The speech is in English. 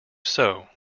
sew